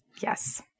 Yes